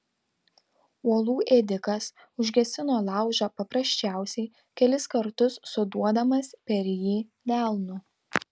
uolų ėdikas užgesino laužą paprasčiausiai kelis kartus suduodamas per jį delnu